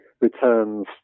returns